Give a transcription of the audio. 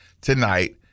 tonight